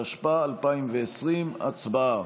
התשפ"א 2020. הצבעה.